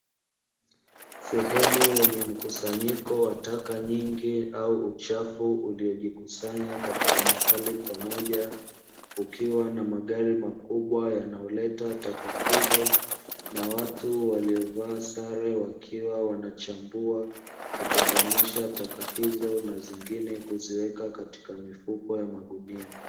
Sehemu yenye mkusanyiko wa taka nyingi au uchafu uliojikusanya mahali pamoja, kukiwa na magari makubwa yanayoleta taka hizo, na watu waliovaa sare wakiwa wanachambua, kutenganisha taka hizo na zingine kuziweka katika mifuko ya magunia.